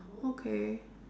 okay